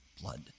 blood